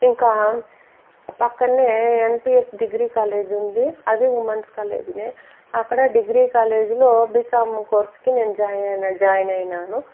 ఇంక పక్కన్నే NPS degree college ఉంది అది ఉమెన్స్ కాలేజీనే అక్కడ డిగ్రీ కాలేజీలో బీకామ్ కోర్సుకి నేను జాయినయా జాయిన్ అయినాను